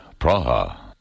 Praha